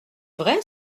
vrai